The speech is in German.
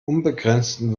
unbegrenzten